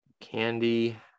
candy